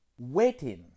waiting